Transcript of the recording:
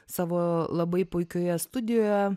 savo labai puikioje studijoje